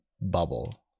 bubble